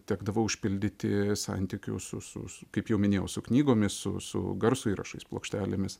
tekdavo užpildyti santykių su su su kaip jau minėjau su knygomis su su garso įrašais plokštelėmis